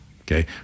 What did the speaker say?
okay